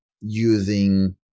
using